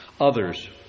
others